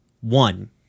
one